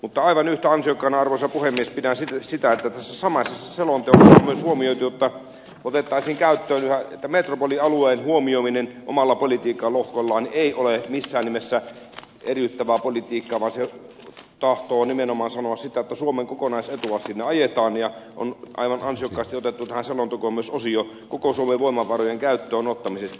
mutta aivan yhtä ansiokkaana arvoisa puhemies pidän sitä että tässä samaisessa selonteossa on myös huomioitu että metropolialueen huomioiminen omilla politiikkalohkoillaan ei ole missään nimessä eriyttävää politiikkaa vaan se tahtoo nimenomaan sanoa sitä että suomen kokonaisetua siinä ajetaan ja on aivan ansiokkaasti otettu tähän selontekoon myös osio koko suomen voimavarojen käyttöön ottamisesta